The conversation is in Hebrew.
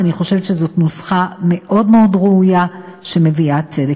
ואני חושבת שזו נוסחה מאוד מאוד ראויה שמביאה צדק.